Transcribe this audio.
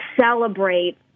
celebrate